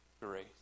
grace